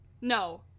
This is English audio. No